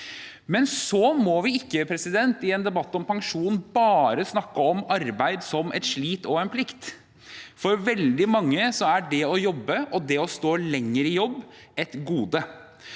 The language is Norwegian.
mer. Så må vi ikke, i en debatt om pensjon, bare snakke om arbeid som et slit og en plikt. For veldig mange er det å jobbe og det å stå lenger i jobb et gode.